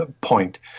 point